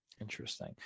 Interesting